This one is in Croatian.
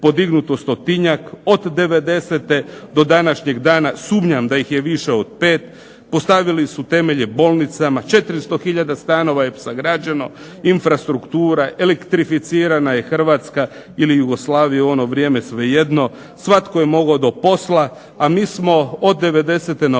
podignuto stotinjak. Od '90. do današnjeg dana sumnjam da ih je više od 5. Postavili su temelje bolnicama, 400 hiljada stanova je sagrađeno, infrastruktura, elektrificirana je Hrvatska ili Jugoslavija u ono vrijeme svejedno. Svatko je mogao do posla, a mi smo od